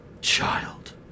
Child